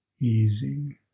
Easing